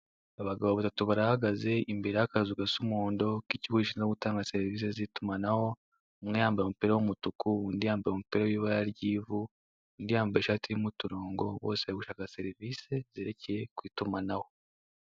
Abagabo batatu barahagaze imbere y'akazu gasa umuhondo k'ikigo gishinzwe gutanga serivisi z'itumanaho, umwe yambaye umupira w'umutuku, undi yambaye umupira w'ibara ry'ivu, undi yambaye ishati irimo uturongo, bose bari gushaka serivisi zerekeye ku itumanaho.